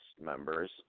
members